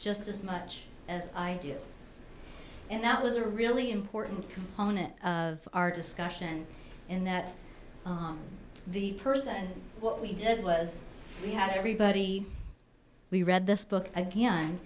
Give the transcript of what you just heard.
just as much as i do and that was a really important component of our discussion in that the purse and what we did was we had everybody we read this book again